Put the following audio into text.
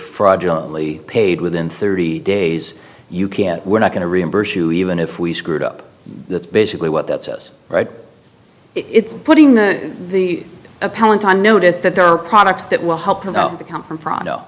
fraudulent only paid within thirty days you can't we're not going to reimburse you even if we screwed up that's basically what that says right it's putting the appellant on notice that there are products that will help them out that come from pronto